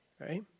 right